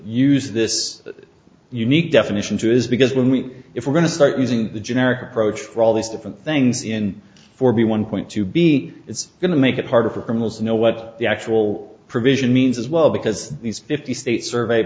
use this unique definition to is because when we if we're going to start using the generic approach for all these different things in four b one point two b it's going to make it harder for criminals to know what the actual provision means as well because these fifty state survey